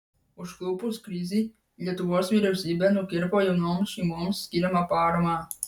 užklupus krizei lietuvos vyriausybė nukirpo jaunoms šeimoms skiriamą paramą